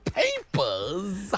papers